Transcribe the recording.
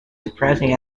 surprising